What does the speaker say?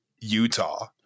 Utah